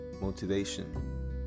motivation